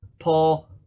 Paul